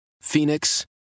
Phoenix